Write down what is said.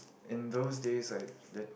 in those days I there